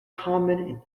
common